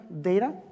data